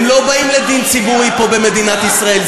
הם לא באים לדין ציבורי פה במדינת ישראל,